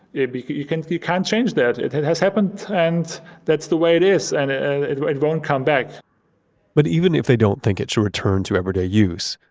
you can't you can't change that. it it has happened and that's the way it is and and it it won't come back but even if they don't think it should return to everyday use,